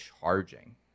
charging